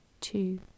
two